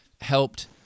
helped